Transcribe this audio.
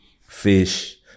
fish